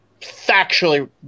factually